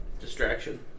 distraction